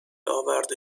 آورده